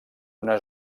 una